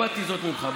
למדתי זאת ממך.